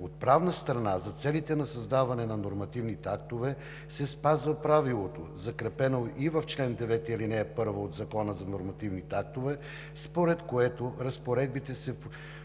Отправна страна за целите на създаване нормативните актове се спазва правилото, закрепено и в чл. 9, ал. 1 от Закона за нормативните актове, според което разпоредбите се